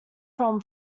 from